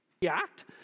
React